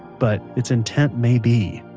but it's intent may be.